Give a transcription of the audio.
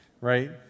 right